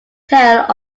tale